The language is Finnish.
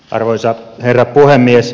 arvoisa herra puhemies